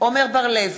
עמר בר-לב,